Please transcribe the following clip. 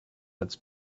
its